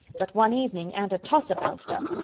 but one evening aunt atossa bounced up.